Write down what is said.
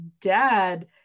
dad